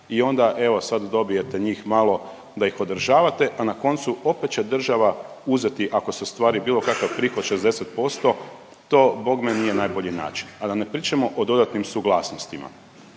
i onda evo sad dobijete njih malo da ih održavate, a na koncu opet će država uzeti ako se ostvari bilo kakav prihod 60% to bogme nije najbolji način, a da ne pričamo o dodatnim suglasnostima.